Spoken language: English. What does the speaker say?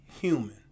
human